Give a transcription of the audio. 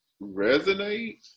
resonate